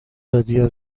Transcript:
دادیا